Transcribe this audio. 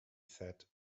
said